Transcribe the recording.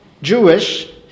Jewish